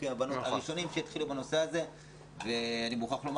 הראשונים שהתחילו בנושא הזה ואני מוכרח לומר